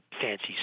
fancy